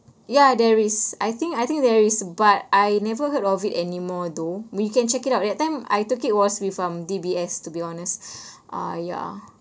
ya there is I think I think there is but I never heard of it anymore though we can check it out that time I took it was from D_B_S to be honest ah yeah